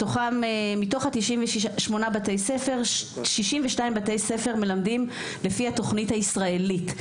מתוכם 62 בתי ספר מלמדים לפי התוכנית הישראלית.